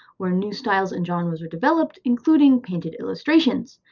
where new styles and genres were developed, including painted illustrations.